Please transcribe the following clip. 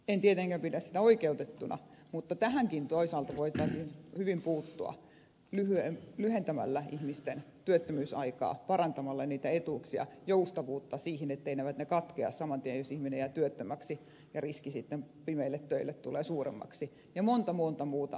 en tietenkään pidä sitä oikeutettuna mutta tähänkin toisaalta voitaisiin hyvin puuttua lyhentämällä ihmisten työttömyysaikaa parantamalla niitä etuuksia joustavuutta siihen etteivät ne katkea saman tien jos ihminen jää työttömäksi ja riski pimeille töille tulee sitten suuremmaksi ja monta monta muuta asiaa